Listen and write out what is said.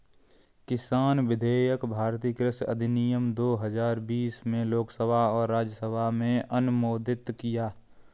किसान विधेयक भारतीय कृषि अधिनियम दो हजार बीस में लोकसभा और राज्यसभा में अनुमोदित किया